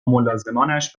ملازمانش